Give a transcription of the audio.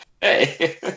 Hey